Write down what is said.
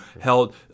held –